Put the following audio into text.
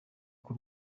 k’u